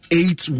eight